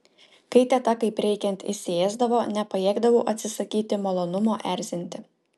kai teta kaip reikiant įsiėsdavo nepajėgdavau atsisakyti malonumo erzinti